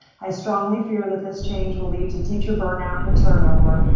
i strongly fear that this change will lead to teacher burnout and turnover,